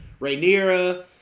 Rhaenyra